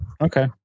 okay